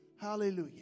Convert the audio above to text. Hallelujah